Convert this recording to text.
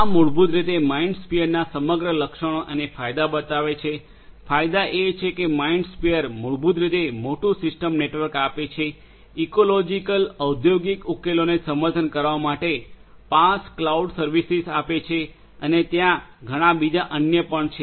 આ મૂળભૂત રીતે માઇન્ડસ્ફિયરના સમગ્ર લક્ષણો અને ફાયદા બતાવે છે ફાયદા એ છે કે માઇન્ડસ્ફિયર મૂળભૂત રીતે મોટુ સિસ્ટમ નેટવર્ક આપે છે ઇકોલોજીકલ ઔદ્યોગિક ઉકેલોને સમર્થન કરવા માટે પાસ ક્લાઉડ સર્વિસીસ આપે છે અને ત્યાં ઘણા બીજા અન્ય પણ છે